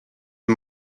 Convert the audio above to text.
and